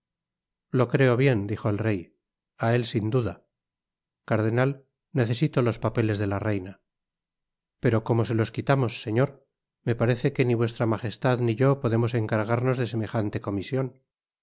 lo creo bien dijo el rey á él sin duda cardenal necesito los papeles de la reina pero cómo se los quitamos señor me parece que ni v m ni yo podemos encargarnos de semejante comision